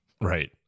right